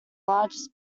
largest